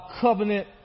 covenant